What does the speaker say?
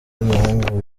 w’umuhungu